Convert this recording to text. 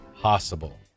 possible